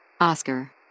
Oscar